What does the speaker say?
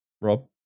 Rob